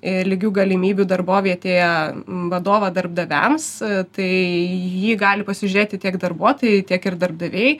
ir lygių galimybių darbovietėje vadovą darbdaviams tai jį gali pasižiūrėti tiek darbuotojai tiek ir darbdaviai